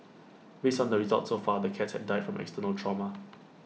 based on the results so far the cats had died from external trauma